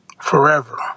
forever